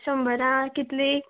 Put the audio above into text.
शंबरा कितलीं